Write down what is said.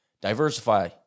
diversify